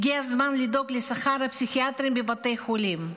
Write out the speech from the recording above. הגיע הזמן לדאוג לשכר הפסיכיאטרים בבתי החולים,